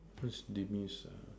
what's demise ah